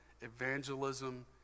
evangelism